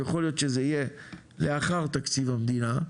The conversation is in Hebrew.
יכול להיות שזה יהיה לאחר תקציב המדינה,